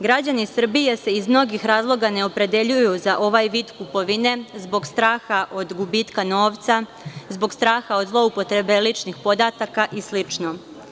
Građani Srbije se iz mnogih razloga ne opredeljuju za ovaj vid kupovine zbog straha od gubitka novca, zbog straha od zloupotrebe ličnih podataka i sl.